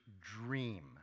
dream